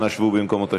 אנא שבו במקומותיכם,